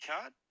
card